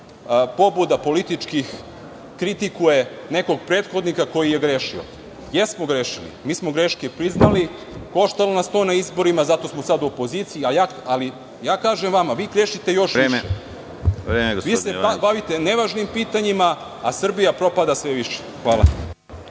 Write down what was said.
pobuda političkih kritikuje nekog prethodnika koji je grešio. Jesmo grešili, mi smo greške priznali, koštalo nas je to na izborima, zato smo sada u opoziciji, ali kažem vam da vi grešite još više. Vi se bavite ne važnim pitanjima, a Srbija propada sve više. Hvala.